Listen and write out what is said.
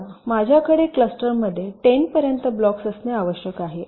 समजा माझ्याकडे क्लस्टर मध्ये १० पर्यंत ब्लॉक्स असणे आवश्यक आहे